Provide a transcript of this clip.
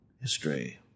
history